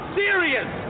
serious